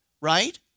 right